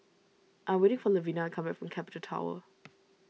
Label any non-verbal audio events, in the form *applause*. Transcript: I am waiting for Lavina come back from Capital Tower *noise*